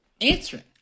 answering